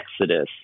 exodus